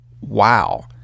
Wow